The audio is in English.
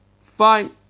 Fine